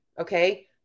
Okay